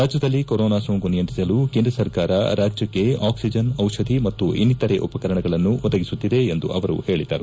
ರಾಜ್ಯದಲ್ಲಿ ಕೊರೋನಾ ಸೋಂಕು ನಿಯಂತ್ರಿಸಲು ಕೇಂದ್ರ ಸರ್ಕಾರ ರಾಜ್ಯಕ್ಕೆ ಅಕ್ಟಿಜನ್ ಔಷಧಿ ಮತ್ತು ಇನ್ನಿತರೆ ಉಪಕರಣಗಳನ್ನು ಒದಗಿಸುತ್ತಿದೆ ಎಂದು ಅವರು ಹೇಳಿದರು